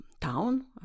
town